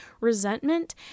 resentment